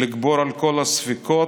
לגבור על כל הספקות,